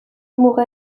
muga